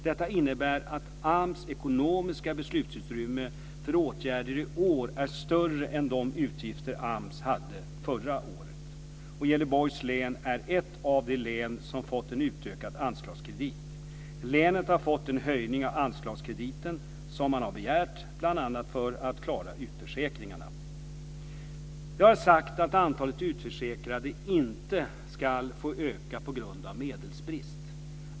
Detta innebär att AMS ekonomiska beslutsutrymme för åtgärder i år är större än de utgifter AMS hade förra året. Gävleborgs län är ett av de län som fått en utökad anslagskredit. Länet har fått den höjning av anslagskrediten som man har begärt, bl.a. för att klara utförsäkringarna. Jag har sagt att antalet utförsäkrade inte ska få öka på grund av medelsbrist.